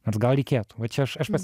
nors gal reikėtų va čia aš aš pats